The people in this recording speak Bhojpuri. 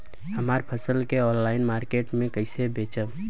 हमार फसल के ऑनलाइन मार्केट मे कैसे बेचम?